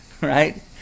right